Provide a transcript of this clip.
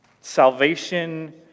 salvation